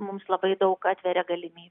mums labai daug atveria galimybių